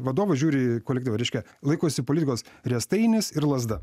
vadovas žiūri į kolektyvą reiškia laikosi politikos riestainis ir lazda